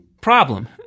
problem